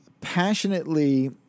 passionately